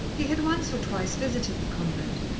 he had once or twice visited the convent,